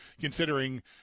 considering